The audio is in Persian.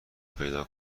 پیدا